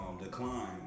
decline